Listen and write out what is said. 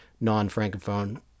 non-francophone